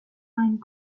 find